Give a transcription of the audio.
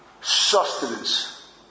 sustenance